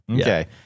okay